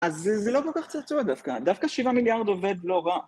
אז זה לא כל כך קשור דווקא, דווקא שבע מיליארד עובד לא רע.